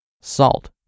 salt